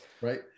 Right